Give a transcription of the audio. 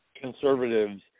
conservatives